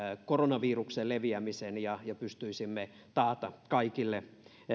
koronaviruksen leviämisen ja pystyisimme takaamaan kaikille